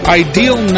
ideal